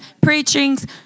preachings